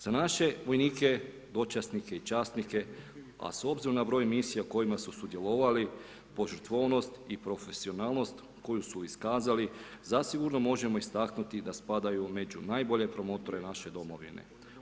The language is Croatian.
Za naše vojnike, dočasnike i časnike, a s obzirom na broj misija u kojima su sudjelovali, požrtvovnost i profesionalnost koju su iskazali, zasigurno možemo istaknuti da spadaju među najbolje promotore naše domovine.